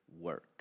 work